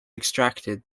extracted